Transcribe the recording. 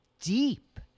deep